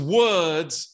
words